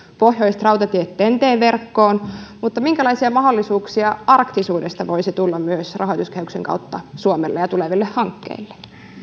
pohjoiset rautatiet ten t verkkoon mutta minkälaisia mahdollisuuksia arktisuudesta voisi tulla myös rahoituskehyksen kautta suomelle ja tuleville hankkeille